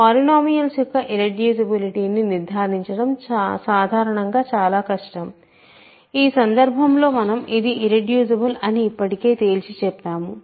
polynomials యొక్క irreducibility ని నిర్ధారించటం సాధారణంగా చాలా కష్టం ఈ సందర్భంలో మనం ఇది ఇర్రెడ్యూసిబుల్ అని ఇప్పటికే తేల్చిచెప్పాము